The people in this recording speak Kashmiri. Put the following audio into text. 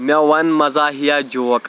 مےٚ ووٚن مزاہِیا جوک